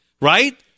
right